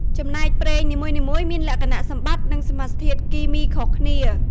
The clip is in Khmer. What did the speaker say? ចំណែក ប្រេងនីមួយៗមានលក្ខណៈសម្បត្តិ និងសមាសធាតុគីមីខុសគ្នា។